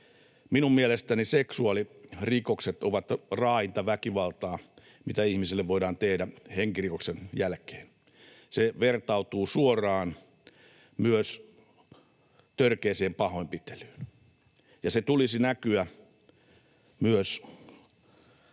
Minun mielestäni seksuaalirikokset ovat raainta väkivaltaa, mitä ihmiselle voidaan tehdä henkirikoksen jälkeen. Se vertautuu suoraan myös törkeään pahoinpitelyyn, ja sen tulisi näkyä myös